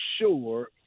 sure